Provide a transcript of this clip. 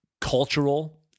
cultural